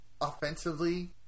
offensively